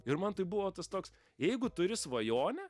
ir man tai buvo tas toks jeigu turi svajonę